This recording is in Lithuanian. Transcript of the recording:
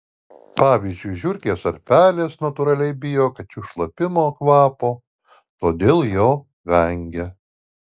pavyzdžiui žiurkės ar pelės natūraliai bijo kačių šlapimo kvapo todėl jo vengia